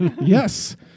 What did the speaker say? yes